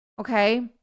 Okay